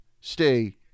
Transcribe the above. stay